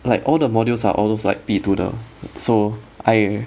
like all the modules are those 必读的 so I